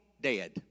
dead